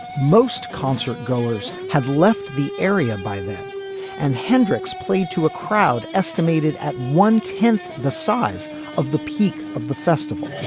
most concert goers have left the area by late and hendrix played to a crowd estimated at one tenth the size of the peak of the festival